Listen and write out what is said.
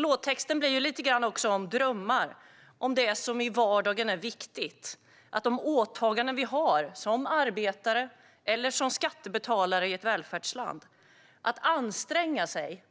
Låttexten handlar alltså lite grann om drömmar, om det som i vardagen är viktigt och om de åtaganden vi har som arbetare eller skattebetalare i ett välfärdsland. Att anstränga sig